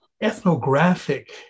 ethnographic